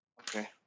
Okay